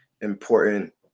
important